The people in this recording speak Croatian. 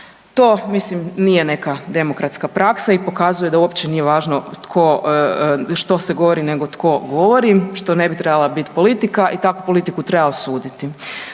To mislim nije neka demokratska praksa i pokazuje da uopće nije važno što se govori, nego tko govori što ne bi trebala bit politika i takvu politiku treba osuditi.